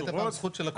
יש הסדרה בחקיקה.